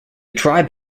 tribe